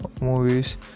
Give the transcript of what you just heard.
movies